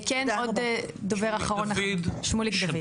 כן דובר אחרון, שמואל דוד.